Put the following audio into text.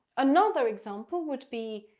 another example would be,